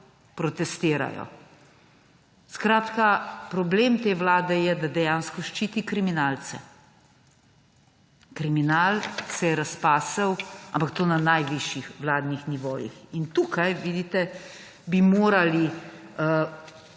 protestirajo. Problem te vlade je, da dejansko ščiti kriminalce. Kriminal se je razpasel, ampak to na najvišjih vladnih nivojih. In tukaj vidite, bi se morali